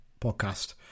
podcast